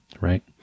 right